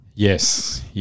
Yes